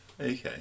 Okay